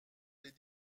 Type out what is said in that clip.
les